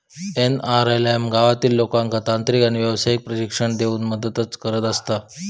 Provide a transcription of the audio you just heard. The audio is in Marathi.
एन.आर.एल.एम गावातील लोकांका तांत्रिक आणि व्यावसायिक प्रशिक्षण देऊन मदतच करत असता